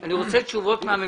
אני רוצה לקבל תשובות מהממשלה.